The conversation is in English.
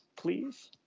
please